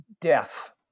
Death